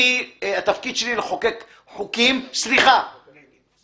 אני מבקשת לפצל את זה,